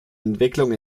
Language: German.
entwicklung